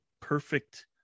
perfect